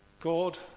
God